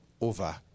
over